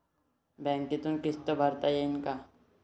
बँकेतून किस्त भरता येईन का?